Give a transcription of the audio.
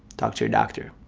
talk to your doctor.